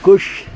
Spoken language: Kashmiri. کٔش